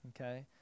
okay